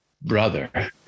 brother